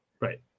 right